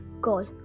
God